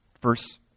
verse